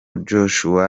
joshua